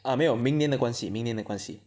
err 没有明年的关系明年的关系